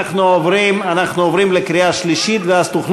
גם אני, גם אני.